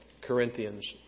Corinthians